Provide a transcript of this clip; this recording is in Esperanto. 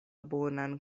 bonan